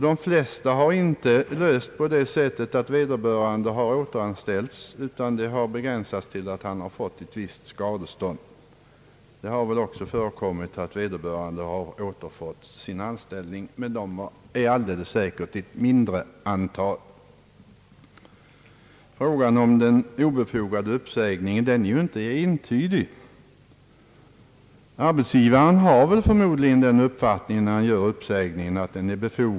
De flesta fallen har inte lösts på det sättet att vederbörande arbetare har återanställts, utan åtgärden har begränsats till ett visst skadestånd. Det har väl även förekommit att personer har återfått sina anställningar men alldeles säkert endast i ett mindre antal fall. Frågan om den obefogade uppsägningen är inte entydig. Arbetsgivaren har, när han gör uppsägningen, förmodligen den uppfattningen att den är befogad.